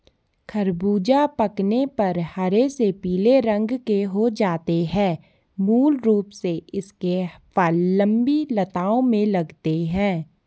ख़रबूज़ा पकने पर हरे से पीले रंग के हो जाते है मूल रूप से इसके फल लम्बी लताओं में लगते हैं